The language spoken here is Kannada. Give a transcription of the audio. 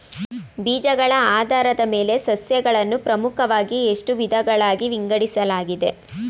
ಬೀಜಗಳ ಆಧಾರದ ಮೇಲೆ ಸಸ್ಯಗಳನ್ನು ಪ್ರಮುಖವಾಗಿ ಎಷ್ಟು ವಿಧಗಳಾಗಿ ವಿಂಗಡಿಸಲಾಗಿದೆ?